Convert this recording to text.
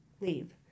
leave